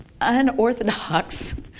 unorthodox